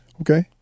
Okay